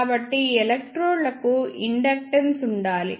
కాబట్టి ఈ ఎలక్ట్రోడ్లకు ఇండక్టెన్స్ ఉండాలి